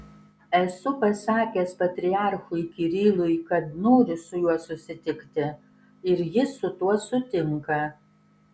esu pasakęs patriarchui kirilui kad noriu su juo susitikti ir jis su tuo sutinka